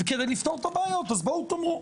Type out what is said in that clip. כדי לפתור את הבעיות בואו תאמרו.